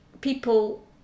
people